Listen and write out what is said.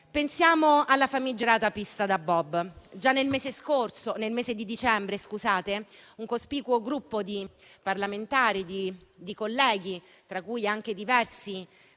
Pensiamo alla famigerata pista da bob: già nel mese di dicembre un cospicuo gruppo di colleghi, tra cui anche diversi